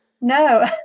no